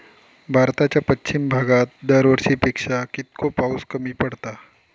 भारताच्या पश्चिम भागात दरवर्षी पेक्षा कीतको पाऊस कमी पडता?